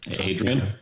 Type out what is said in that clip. adrian